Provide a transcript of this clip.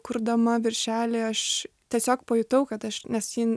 kurdama viršelį aš tiesiog pajutau kad aš nes ji